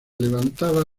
levantaba